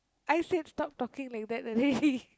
I say stop talking like that already